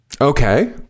Okay